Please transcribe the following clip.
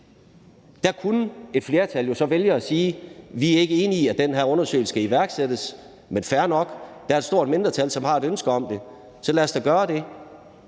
Der kunne et flertal jo så vælge at sige: Vi er ikke enige i, at den her undersøgelse skal iværksættes, men fair nok, der er et stort mindretal, som har et ønske om det, så lad os da gøre det.